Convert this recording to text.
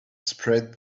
spread